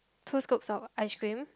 two scoops of ice cream